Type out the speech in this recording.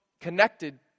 connected